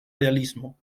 realismo